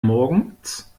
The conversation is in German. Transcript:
morgens